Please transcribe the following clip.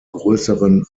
größeren